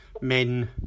men